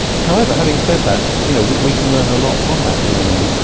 however, having said that, you know we we can learn a lot from that dna.